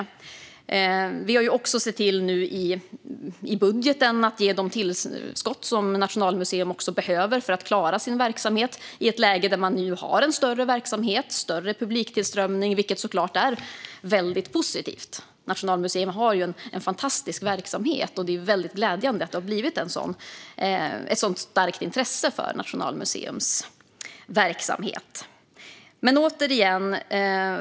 I budgeten har vi också sett till att ge de tillskott som Nationalmuseum behöver för att klara sin verksamhet. Nu har man en större verksamhet och större publiktillströmning, vilket såklart är positivt. Nationalmuseum har ju en fantastisk verksamhet. Det är glädjande att det har blivit ett sådant starkt intresse för Nationalmuseums verksamhet.